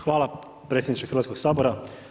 Hvala predsjedniče Hrvatskog sabora.